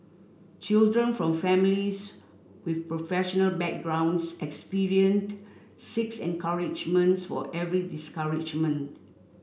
children from families with professional backgrounds experienced six encouragements for every discouragement